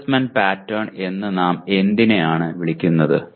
assessment pattern എന്ന് നാം എന്തിനെയാണ് വിളിക്കുന്നത്